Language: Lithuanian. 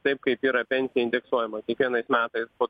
taip kaip yra pensija indeksuojama kiekvienais metais po